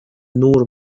نور